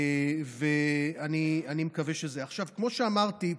כמו שאמרתי,